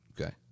Okay